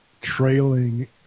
trailing